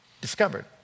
discovered